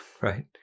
right